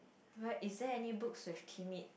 what is there any books with timid